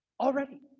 Already